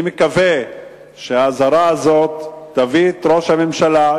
אני מקווה שהאזהרה הזאת תביא את ראש הממשלה,